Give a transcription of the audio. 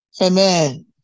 Amen